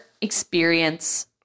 experience